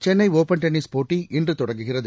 Chennai open tennis போட்டி இன்று தொடங்குகிறது